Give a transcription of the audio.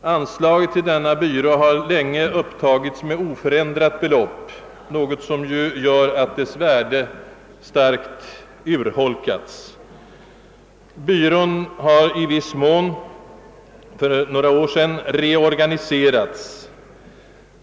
Sveriges bidrag till denna byrå har länge upptagits med oförändrat belopp, varigenom dess värde starkt urholkats. Byrån har för några år sedan i viss mån reorganiserats.